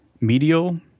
Medial